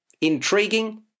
Intriguing